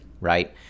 right